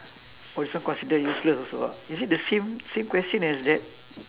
also considered useless also ah is it the same same question as that